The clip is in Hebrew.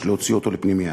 יש להוציא אותו לפנימייה.